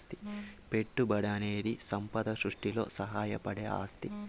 పెట్టుబడనేది సంపద సృష్టిలో సాయపడే ఆస్తి